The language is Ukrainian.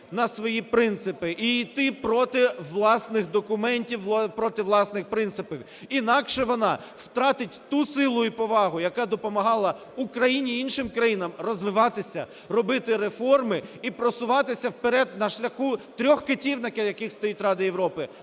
на свої принципи і іти проти власних документів, проти власних принципів, інакше вона втратить ту силу і повагу, яка допомагала Україні, іншим країнам розвиватися, робити реформи і просуватися вперед на шляху трьох китів, на яких стоїть Рада Європи: